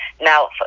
now